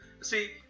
See